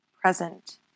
present